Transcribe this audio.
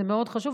זה מאוד חשוב.